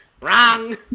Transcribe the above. wrong